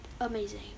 amazing